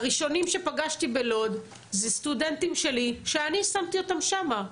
הראשונים שפגשתי בלוד זה סטודנטים שלי שאני שמתי אותם שם.